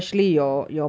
ya